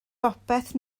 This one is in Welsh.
bopeth